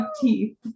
teeth